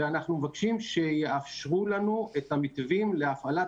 ואנחנו מבקשים שיאשרו לנו את המתווים להפעלת